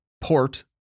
port